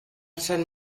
sant